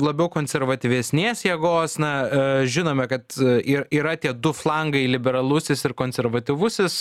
labiau konservatyvesnės jėgos na žinome kad yr yra tie du flangai liberalusis ir konservatyvusis